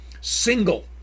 single